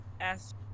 ask